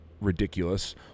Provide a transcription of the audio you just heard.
ridiculous